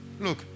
Look